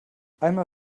einmal